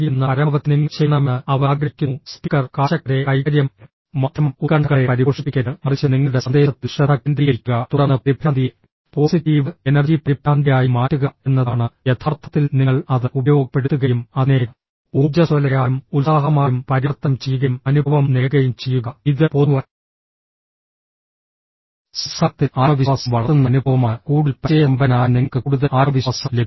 അതിനാൽ നിങ്ങൾ മാപ്പ് ചോദിക്കുന്നത് ഒഴിവാക്കേണ്ടതിന്റെ കാരണം നിങ്ങളുടെ പരിഭ്രാന്തിയെക്കുറിച്ച് ഒരിക്കലും പരാമർശിക്കുകയോ ക്ഷമ ചോദിക്കുകയോ ചെയ്യരുത് നിങ്ങളുടെ സന്ദേശത്തിൽ ശ്രദ്ധ കേന്ദ്രീകരിക്കുക മാധ്യമം ഉത്കണ്ഠകളെ പരിപോഷിപ്പിക്കരുത് മറിച്ച് നിങ്ങളുടെ സന്ദേശത്തിൽ ശ്രദ്ധ കേന്ദ്രീകരിക്കുക തുടർന്ന് പരിഭ്രാന്തിയെ പോസിറ്റീവ് എനർജി പരിഭ്രാന്തിയായി മാറ്റുക എന്നതാണ് യഥാർത്ഥത്തിൽ നിങ്ങൾ അത് ഉപയോഗപ്പെടുത്തുകയും അതിനെ ഊർജ്ജസ്വലതയായും ഉത്സാഹമായും പരിവർത്തനം ചെയ്യുകയും അനുഭവം നേടുകയും ചെയ്യുക ഇത് പൊതു സംസാരത്തിൽ ആത്മവിശ്വാസം വളർത്തുന്ന അനുഭവമാണ് കൂടുതൽ പരിചയസമ്പന്നനായ നിങ്ങൾക്ക് കൂടുതൽ ആത്മവിശ്വാസം ലഭിക്കും